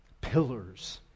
Pillars